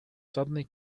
suddenly